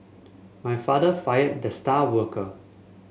my father fired the star worker